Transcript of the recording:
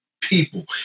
people